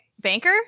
Banker